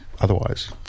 otherwise